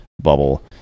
Bubble